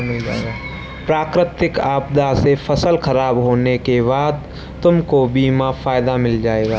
प्राकृतिक आपदा से फसल खराब होने के बाद तुमको बीमा का फायदा मिल जाएगा